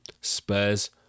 Spurs